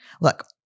Look